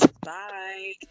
Bye